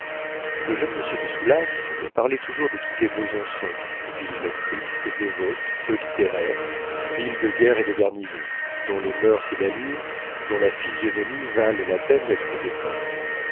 le jeune monsieur de soulas parlait toujours de quitter besançon ville triste dévote peu littéraire ville de guerre et de garnison dont les moeurs et l'allure dont la physionomie valent la peine d'être dépeintes